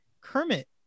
Kermit